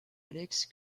alex